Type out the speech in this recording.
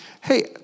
hey